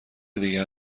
دیگه